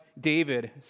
David